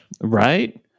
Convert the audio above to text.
right